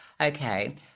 okay